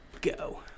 Go